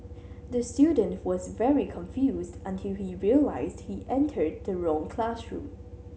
the student was very confused until he realised he entered the wrong classroom